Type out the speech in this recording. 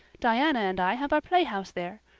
diana and i have our playhouse there.